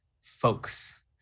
folks